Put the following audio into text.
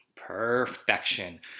perfection